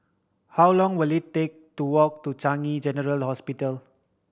how long will it take to walk to Changi General Hospital